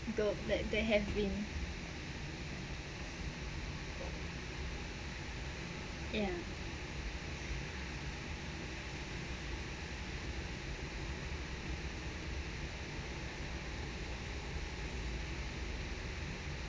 though that there have been ya